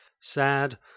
sad